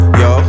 yo